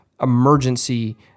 emergency